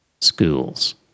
schools